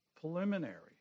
preliminary